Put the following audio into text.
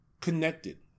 connected